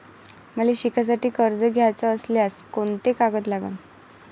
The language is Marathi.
मले शिकासाठी कर्ज घ्याचं असल्यास कोंते कागद लागन?